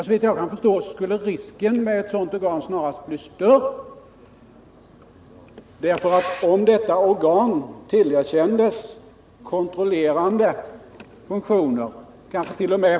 Såvitt jag kan förstå skulle risken med ett sådant organ snarast bli större, eftersom det, om detta organ skulle tillerkännas kontrollerande funktioner, kansket.o.m.